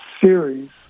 series